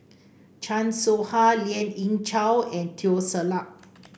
Chan Soh Ha Lien Ying Chow and Teo Ser Luck